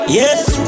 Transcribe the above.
yes